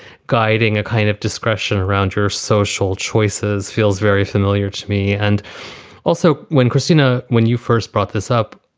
guiding a kind of discretion around your social choices feels very familiar to me. and also, when christina, when you first brought this up,